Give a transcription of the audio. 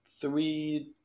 three